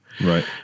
Right